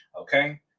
Okay